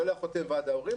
שעליה חותם ועד ההורים,